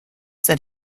that